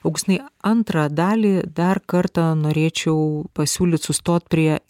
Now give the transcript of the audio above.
augustinai antrą dalį dar kartą norėčiau pasiūlyt sustot prie